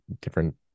different